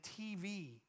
TV